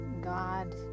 God